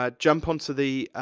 ah jump onto the,